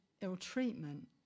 ill-treatment